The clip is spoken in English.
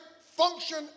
function